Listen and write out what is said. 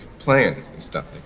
playing, and stuff.